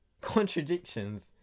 contradictions